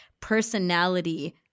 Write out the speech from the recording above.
personality